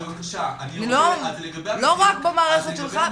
לא רק במערכת שלך,